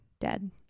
dead